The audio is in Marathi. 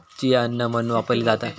चिया अन्न म्हणून वापरली जाता